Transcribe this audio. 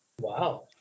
Wow